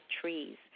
trees